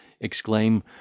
exclaim